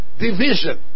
division